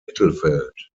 mittelfeld